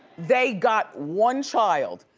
they got one child.